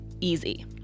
Easy